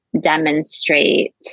demonstrate